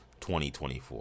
2024